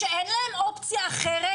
שאין להם אופציה אחרת,